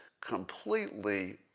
completely